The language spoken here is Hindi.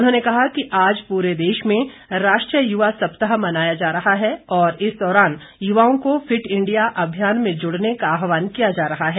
उन्होंने कहा कि आज पूरे देश में राष्ट्रीय युवा सप्ताह मनाया जा रहा है और इस दौरान युवाओं को फिट इंडिया अभियान में जुड़ने का आहवान किया जा रहा है